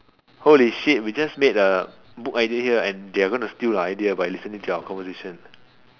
holy shit we just made a book idea here and they're going to steal our idea by listening to our conversation